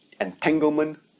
entanglement